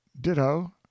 Ditto